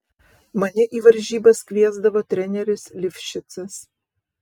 mane į varžybas kviesdavo treneris livšicas